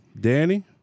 Danny